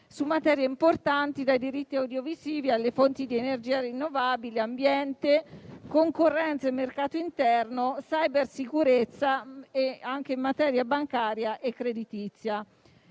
su materie importanti, dai diritti audiovisivi alle fonti di energia rinnovabile, ambiente, concorrenza e mercato interno, cybersicurezza e anche in materia bancaria e creditizia.